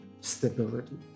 stability